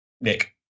Nick